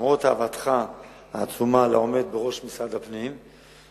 למרות אהבתך העצומה לעומד בראש משרד הפנים,